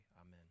amen